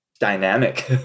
dynamic